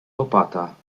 opata